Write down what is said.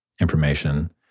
information